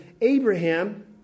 Abraham